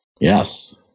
Yes